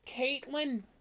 caitlin